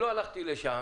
לא הלכתי לשם